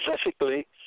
specifically